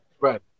Right